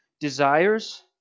desires